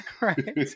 right